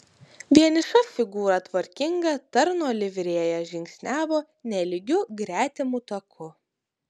vieniša figūra tvarkinga tarno livrėja žingsniavo nelygiu gretimu taku